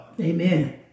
Amen